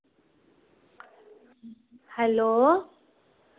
hello